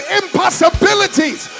impossibilities